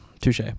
touche